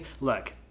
look